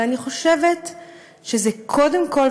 אני חושבת שהם קודם כול,